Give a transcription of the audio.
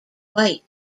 white